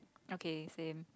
okay same